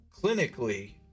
clinically